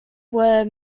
were